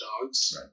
dogs